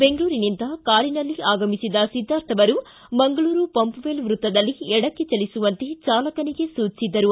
ಬೆಂಗಳೂರಿನಿಂದ ಕಾರಿನಲ್ಲಿ ಆಗಮಿಸಿದ ಸಿದ್ದಾರ್ಥ ಅವರು ಮಂಗಳೂರು ಪಂಪ್ ವೆಲ್ ವ್ಯತ್ತದಲ್ಲಿ ಎಡಕ್ಕೆ ಚಲಿಸುವಂತೆ ಚಾಲಕನಿಗೆ ಸೂಚಿಸಿದ್ದರು